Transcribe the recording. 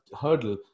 hurdle